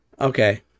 Okay